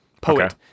poet